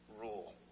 rule